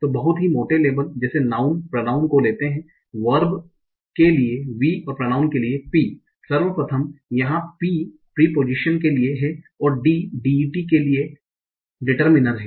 तो बहुत ही मोटे लेबल जैसे नाउँन और प्रनाउँन को लेते हैं वर्ब के लिए v और प्रनाउँन के लिए p सर्वप्रथम यहाँ p प्रिपोजीशनस के लिए और डी DET के लिए डिटर्मिनर है